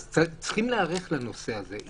אז צריכים להיערך לנושא הזה.